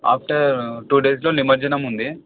after two డేస్లో నిమజ్జనం ఉంది